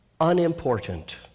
unimportant